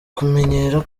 kumenyera